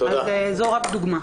זו רק דוגמה.